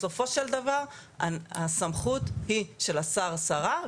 בסופו של דבר הסמכות היא של השר או השרה,